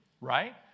Right